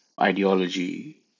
ideology